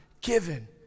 given